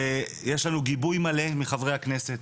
ויש לנו גיבוי מלא מחברי הכנסת,